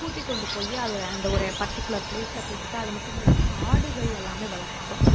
கூட்டி கொண்டு போய் அதை அந்த ஒரு பர்டிகுலர் ப்லேஸில் போட்டுவிட்டு அது மட்டும் இல்லாமல் ஆடுகள் எல்லாமே வளர்த்தோம்